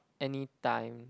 anytime